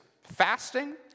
Fasting